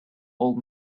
old